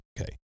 okay